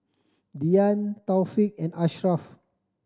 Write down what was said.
Dian Taufik and Ashraf